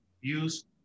use